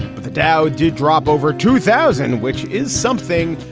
but the dow did drop over two thousand, which is something.